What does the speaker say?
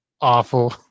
awful